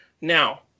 Now